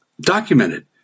documented